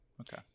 Okay